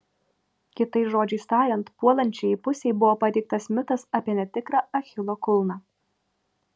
kitais žodžiais tariant puolančiajai pusei buvo pateiktas mitas apie netikrą achilo kulną